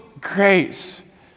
grace